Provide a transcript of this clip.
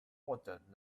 bothered